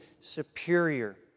superior